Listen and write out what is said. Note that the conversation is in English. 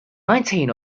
nineteen